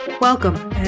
Welcome